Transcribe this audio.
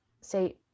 say